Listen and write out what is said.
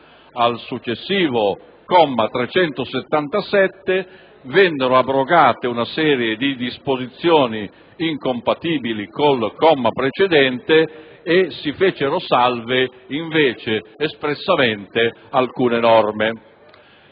Al successivo comma 377 vennero abrogate una serie di disposizioni incompatibili con il comma precedente e si fecero invece espressamente salve alcune norme.